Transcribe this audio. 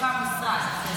שסוף-סוף הוקם משרד,